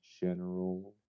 General